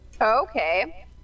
Okay